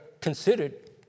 considered